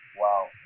wow